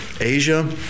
Asia